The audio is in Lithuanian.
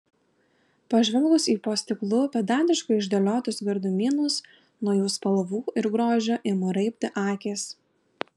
pažvelgus į po stiklu pedantiškai išdėliotus gardumynus nuo jų spalvų ir grožio ima raibti akys